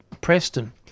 Preston